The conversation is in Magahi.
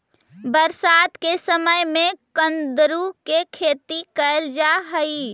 बरसात के समय में कुंदरू के खेती कैल जा हइ